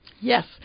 Yes